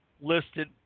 listed